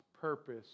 purpose